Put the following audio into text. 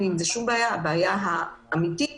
הבעיה האמיתית